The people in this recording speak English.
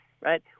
right